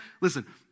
listen